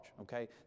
okay